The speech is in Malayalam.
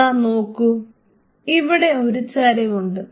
ദാ നോക്കൂ ഇവിടെ ഒരു ചരിവ് ഉണ്ട്